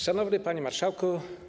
Szanowny Panie Marszałku!